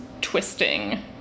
twisting